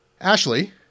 Ashley